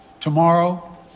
Tomorrow